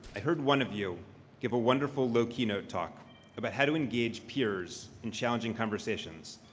i heard one of you give a wonderful low keynote talk about how to engage peers in challenging conversations.